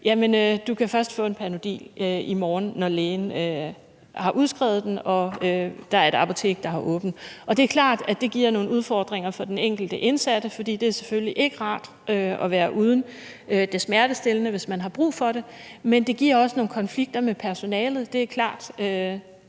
Jamen du kan først få en Panodil i morgen, når lægen har udskrevet den og der er et apotek, der har åbent. Det er klart, at det giver nogle udfordringer for den enkelte indsatte, for det er selvfølgelig ikke rart at være uden det smertestillende, hvis man har brug for det, men det giver også nogle konflikter med personalet – det er klart